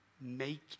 make